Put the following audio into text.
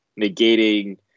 negating